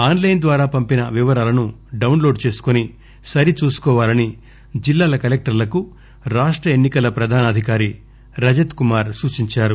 online ద్వారా పంపిన వివరాలను డాన్లోడ్ చేసుకొని సరి చూసుకోవాలని జిల్లాల కలెక్టర్లకు రాష్ట ఎన్నికల ప్రధాన అధికారి రజత్ కుమార్ సూచించారు